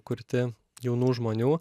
kurti jaunų žmonių